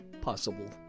possible